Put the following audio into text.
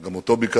וגם בו ביקרנו,